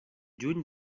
juny